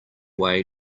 way